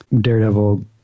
daredevil